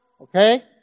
Okay